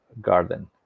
garden